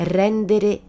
rendere